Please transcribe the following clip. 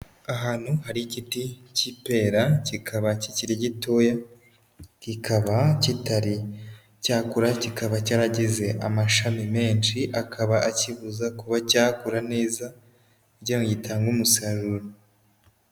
Ahantu hari igiti cy'ipera, kikaba kikiri gitoya, kikaba kitari cyakura, kikaba cyaragize amashami menshi, akaba akibuza kuba cyakura neza kugira ngo gitange umusaruro.